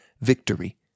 victory